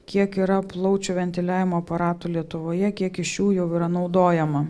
kiek yra plaučių ventiliavimo aparatų lietuvoje kiek iš jų jau yra naudojama